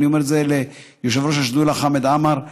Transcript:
ואני אומר את זה ליושב-ראש השדולה חמד עמאר,